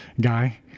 guy